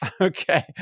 Okay